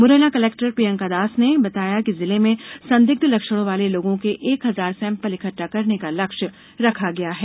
Morena collector Priyanka Das ने बताया कि जिले में संदिग्ध लक्षणों वाले लोगों के एक हजार सेंपल इकट्ठा करने का लक्ष्य रखा गया है